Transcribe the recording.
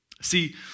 See